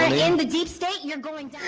and the deep state, you're going.